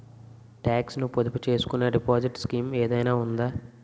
Talks ను పొదుపు చేసుకునే డిపాజిట్ స్కీం ఏదైనా ఉందా?